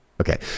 Okay